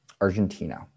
Argentina